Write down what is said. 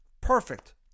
Perfect